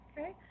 okay